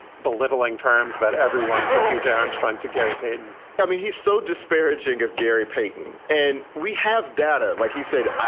belittling terms about everyone from b j. armstrong to gary payton i mean, he's so disparaging of gary payton. and we have data, like he said,